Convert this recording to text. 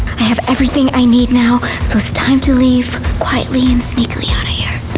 i have everything i need now. so it's time to leave quietly and sneakily out of here.